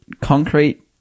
concrete